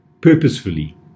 purposefully